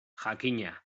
jakina